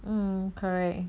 um correct